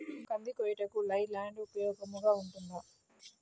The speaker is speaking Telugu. కంది కోయుటకు లై ల్యాండ్ ఉపయోగముగా ఉంటుందా?